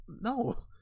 no